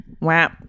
wow